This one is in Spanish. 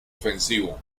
ofensivo